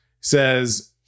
says